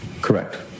Correct